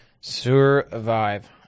survive